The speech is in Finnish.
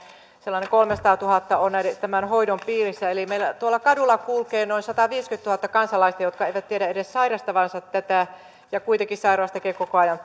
sellainen kolmesataatuhatta on tämän hoidon piirissä eli meillä tuolla kadulla kulkee noin sataviisikymmentätuhatta kansalaista jotka eivät tiedä edes sairastavansa tätä ja kuitenkin sairaus tekee koko ajan